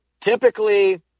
typically